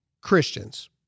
Christians